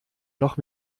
noch